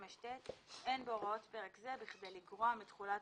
25ט.אין בהוראות פרק זה בכדי לגרוע מתחולת